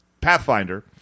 Pathfinder